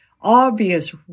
obvious